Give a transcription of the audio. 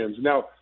now